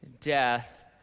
death